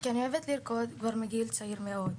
כי אני אוהבת לרקוד כבר בגיל צעיר מאוד,